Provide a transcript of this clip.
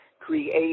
create